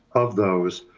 of those,